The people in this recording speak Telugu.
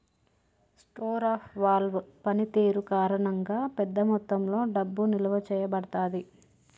స్టోర్ ఆఫ్ వాల్వ్ పనితీరు కారణంగా, పెద్ద మొత్తంలో డబ్బు నిల్వ చేయబడతాది